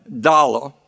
dollar